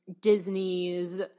Disney's